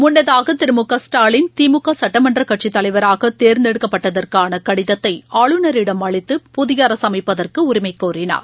முன்னதாக முகஸ்டாலின்திமுகசட்டமன்றக் கட்சித் திரு தலைவராகதேர்ந்தெடுக்கப்பட்டதற்கானகடிதத்தைஆளுநரிடம் அளித்து புதிய அரசு அமைப்பதற்கு உரிமைக்கோரினார்